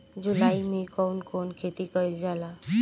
जुलाई मे कउन कउन खेती कईल जाला?